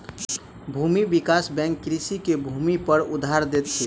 भूमि विकास बैंक कृषक के भूमिपर उधार दैत अछि